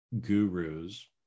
gurus